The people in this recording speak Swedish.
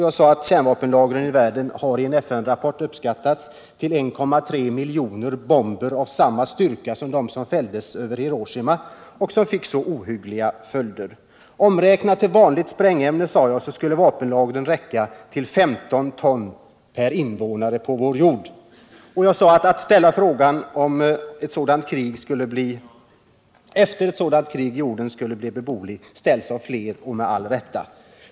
Jag sade att kärnvapenlagren i världen i en FN-rapport har uppskattats till 1,3 miljoner bomber av samma styrka som de som fälldes över Hiroshima. Omräknat till vanliga sprängämnen, sade jag, skulle vapenlagren räcka till 15 ton per invånare på vår jord. Jag sade till slut att frågan om jorden efter ett sådant krig skulle bli beboelig ställs av allt fler och det med rätta.